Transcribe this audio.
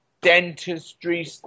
dentistry